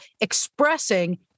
expressing